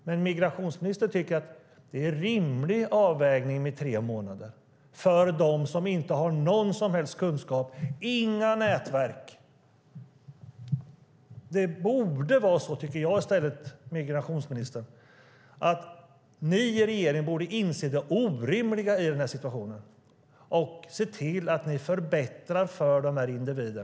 Men migrationsministern tycker att det är en rimlig avvägning med tre månader för dem som inte har någon som helst kunskap eller något som helst nätverk. Det borde vara så i stället, migrationsministern, att ni i regeringen insåg det orimliga i den här situationen och såg till att ni förbättrar för dessa individer.